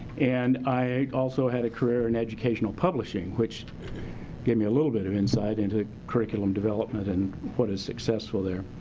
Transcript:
and i also had a career in educational publishing which gave me a little bit of insight into curriculum development and what is successful there.